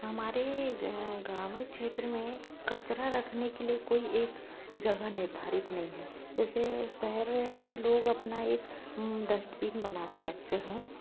हमारे ग्रामीण क्षेत्र में कचरा रखने के लिए कोई एक जगह निर्धारित नहीं है जैसे शहर में लोग अपना एक डस्टबिन बना कर रखते हैं